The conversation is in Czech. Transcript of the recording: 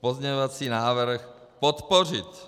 pozměňovací návrh podpořit.